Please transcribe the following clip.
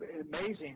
amazing